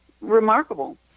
remarkable